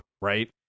right